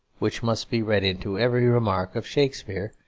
which must be read into every remark of shakespeare,